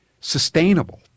sustainable